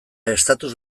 estatus